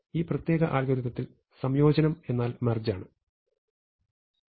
ഈ പ്രത്യേക അൽഗൊരിതത്തിൽ സംയോജനം എന്നാൽ മെർജ് ആണ്